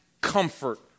comfort